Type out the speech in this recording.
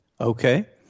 Okay